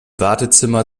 wartezimmer